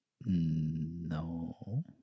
No